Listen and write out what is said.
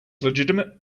legitimate